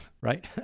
right